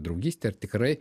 draugystė ar tikrai